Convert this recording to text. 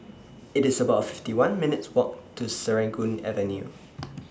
It's about fiftyone minutes' Walk to Serangoon Avenue